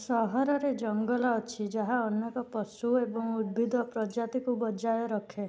ସହରରେ ଜଙ୍ଗଲ ଅଛି ଯାହା ଅନେକ ପଶୁ ଏବଂ ଉଦ୍ଭିଦ ପ୍ରଜାତିକୁ ବଜାୟ ରଖେ